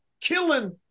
killing